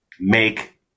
make